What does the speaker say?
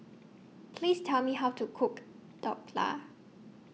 Please Tell Me How to Cook Dhokla